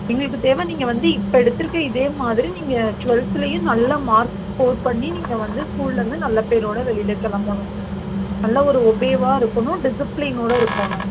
எங்களுக்குத் தேவை நீங்கள் வந்து இப்போ எடுத்துருக்கிற இதேமாதிரி நீங்கள் ட்வெல்த்லயும் நல்ல மார்க் ஸ்கோர் பண்ணி நீங்கள் வந்து ஸ்கூல்லேருந்து நல்ல பேரோட வெளியில கிளம்பணும் நல்ல ஒரு ஒபேவா இருக்கணும் டிஸ்பிளின்னோட இருக்கணும்